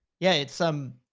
yeah, it's, um,